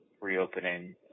reopening